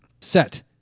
Set